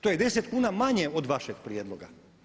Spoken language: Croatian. To je 10 kuna manje od vašeg prijedloga.